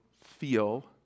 feel